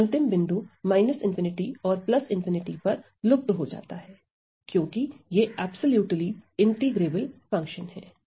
यह अंतिम बिंदु ∞ और ∞ पर लुप्त हो जाता है क्योंकि ये अब्सोल्युटली इंटीग्रेबल फंक्शन है